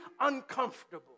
uncomfortable